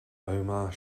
omar